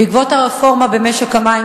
בעקבות הרפורמה במשק המים,